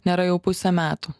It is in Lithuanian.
nėra jau pusė metų